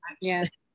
Yes